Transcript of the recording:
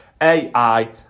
AI